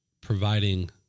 providing